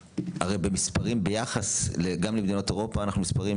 גם ביחס למדינות אירופה אנחנו נמצאים